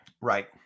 right